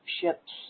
ships